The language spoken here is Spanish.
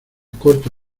corto